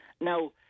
Now